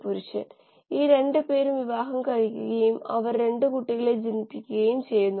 ആദ്യം ഈ പ്രഭാഷണത്തിൽ നാം ബയോ റിയാക്ഷൻ സ്റ്റോകിയോമെട്രി നോക്കും